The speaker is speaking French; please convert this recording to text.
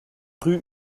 rue